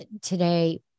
today